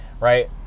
Right